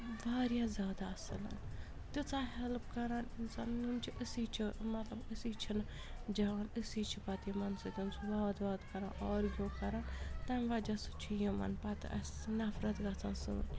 واریاہ زیادٕ اَصٕل تیٖژاہ ہٮ۪لٕپ کَران اِنسان أسی چھِ مطلب أسی چھِنہٕ جان أسی چھِ پَتہٕ یِمَن سۭتۍ سُہ واد واد کَران آرگیوٗ کَران تمہِ وَجہ سۭتۍ چھِ یِمَن پَتہٕ اَسہِ نَفرَت گَژھان سٲنۍ